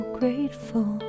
grateful